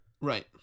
Right